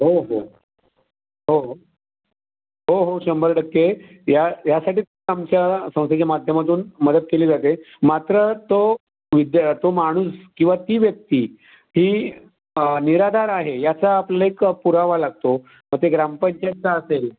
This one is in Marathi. हो हो हो हो हो शंभर टक्के या यासाठीच आमच्या संस्थेच्या माध्यमातून मदत केली जाते मात्र तो विद्या तो माणूस किंवा ती व्यक्ती ही निराधार आहे याचा आपल्याला एक पुरावा लागतो तो ग्रामपंचायतीचा असेल